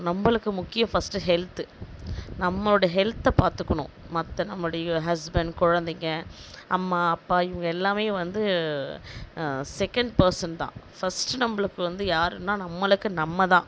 நம்மளுக்கு முக்கியம் first health நம்மளோடய ஹெல்த்தை பார்த்துக்கணும் மற்ற நம்மளுடைய ஹஸ்பண்ட் குழந்தைங்க அம்மா அப்பா இவங்க எல்லாமே வந்து செகண்ட் பேர்சன் தான் ஃபஸ்ட்டு நம்மளுக்கு வந்து யாருன்னால் நம்மளுக்கு நம்ம தான்